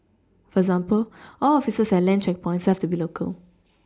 for example all officers at land checkpoints have to be local